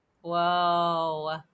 Whoa